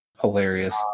Hilarious